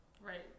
Right